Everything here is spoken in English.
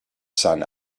son